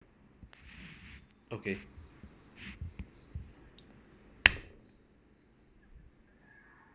okay